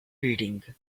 reading